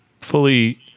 fully